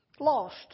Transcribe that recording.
Lost